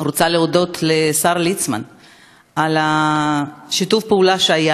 רוצה להודות לשר ליצמן על שיתוף הפעולה שהיה